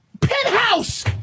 penthouse